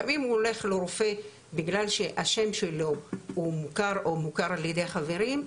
לפעמים הוא הולך לרופא בגלל שהשם שלו הוא מוכר או מוכר על-ידי החברים,